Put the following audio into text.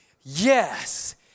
yes